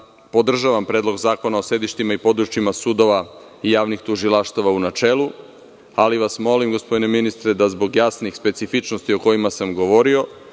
podržavam Predlog zakona o sedištima i područjima sudova i javnih tužilaštava u načelu, ali vas molim gospodine ministre da zbog jasnih specifičnosti o kojima sam govorio